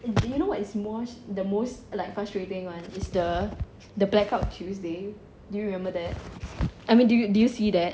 you know is more the most like frustrating one is the the black out tuesday do you remember that I mean do you see that